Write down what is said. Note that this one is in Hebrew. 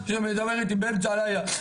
שמדבר איתי באמצע הלילה.